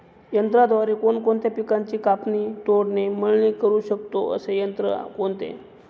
यंत्राद्वारे कोणकोणत्या पिकांची कापणी, तोडणी, मळणी करु शकतो, असे यंत्र कोणते?